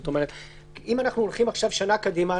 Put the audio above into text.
אם אנחנו הולכים עכשיו שנה קדימה,